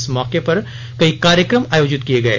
इस मौके पर कई कार्यक्रम आयोजित किये गये